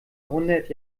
hundert